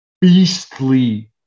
beastly